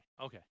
Okay